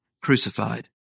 crucified